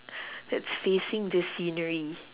that's facing the scenery